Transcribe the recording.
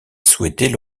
souhaitaient